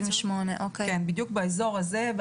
בדיוק באזור הזה,